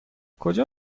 کجا